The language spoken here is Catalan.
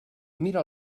mira